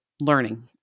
learning